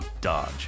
Dodge